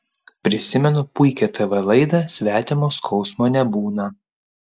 prisimenu puikią tv laidą svetimo skausmo nebūna